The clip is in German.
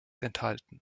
enthalten